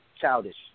childish